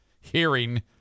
hearing